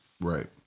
Right